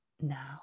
now